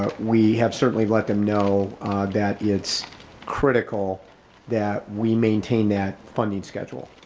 ah we have certainly let them know that it's critical that we maintain that funding schedule,